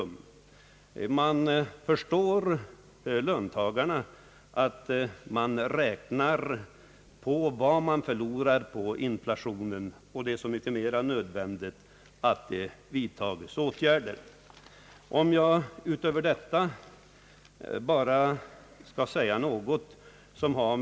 Man förstår att löntagarna räknar efter vad de förlorar på inflationen, något som gör det så mycket mera nödvändigt att åtgärder vidtages.